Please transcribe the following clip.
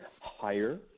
higher